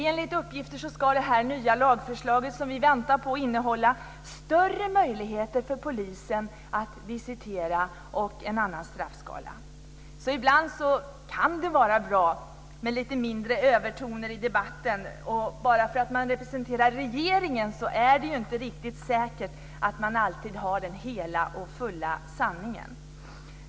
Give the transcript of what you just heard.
Enligt uppgifter ska det nya lagförslaget som vi väntar på innebära större möjligheter för polisen att visitera och en annan straffskala. Ibland kan det vara bra med lite mindre övertoner i debatten. Bara för att man representerar regeringen är det inte riktigt säkert att man alltid sitter inne med den hela och fulla sanningen.